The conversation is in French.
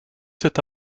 cet